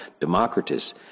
Democritus